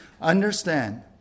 understand